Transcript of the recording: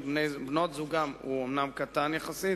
של בנות-זוגם הוא אומנם קטן יחסית,